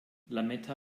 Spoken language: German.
lametta